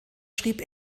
schrieb